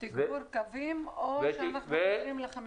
תגבור קווים, או שאנחנו עוברים ל-50%.